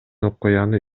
окуяны